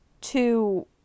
to-